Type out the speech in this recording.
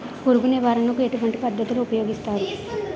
పురుగు నివారణ కు ఎటువంటి పద్ధతులు ఊపయోగిస్తారు?